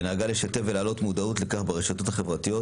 ונהגה לשתף ולהעלות מודעות לכך ברשתות החברתיות.